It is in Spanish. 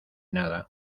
nada